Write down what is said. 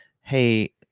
hey